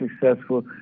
successful